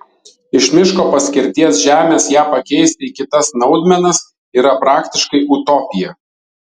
iš miško paskirties žemės ją pakeisti į kitas naudmenas yra praktiškai utopija